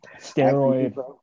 steroid